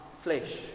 flesh